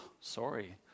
sorry